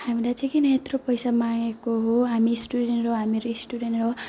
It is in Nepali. हामीलाई चाहिँ किन यत्रो पैसा मागेको हो हामी स्टुडेन्ट हौँ हामीहरू स्टुडेन्ट हौँ